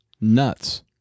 nuts